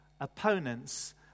opponents